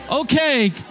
Okay